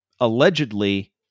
allegedly